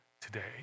today